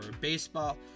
baseball